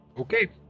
Okay